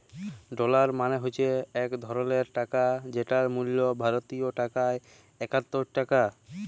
dollar মালে হছে ইক ধরলের টাকা যেটর মূল্য ভারতীয় টাকায় একাত্তর টাকা